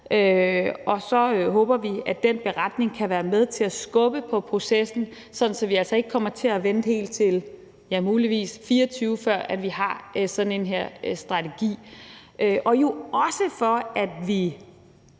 Og så håber vi, at den beretning kan være med til at skubbe på processen, sådan at vi altså ikke kommer til at vente helt til muligvis 2024, før vi har sådan en strategi – også for at vi